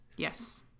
Yes